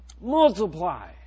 Multiply